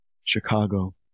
Chicago